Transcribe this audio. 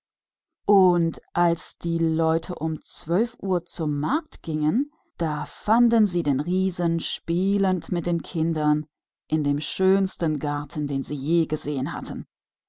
und als die leute um zwölf uhr zu markt gingen sahen sie den riesen mit den kindern spielen in dem schönsten garten den sie je geschaut hatten